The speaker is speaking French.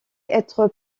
être